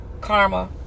karma